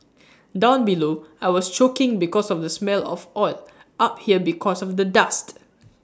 down below I was choking because of the smell of oil up here because of the dust